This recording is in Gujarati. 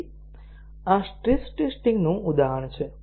આ સ્ટ્રેસ ટેસ્ટીંગ નું ઉદાહરણ છે